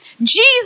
Jesus